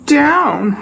down